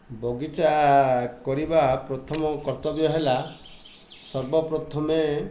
ବଗିଚା କରିବା ପ୍ରଥମ କର୍ତ୍ତବ୍ୟ ହେଲା ସର୍ବ ପ୍ରଥମେ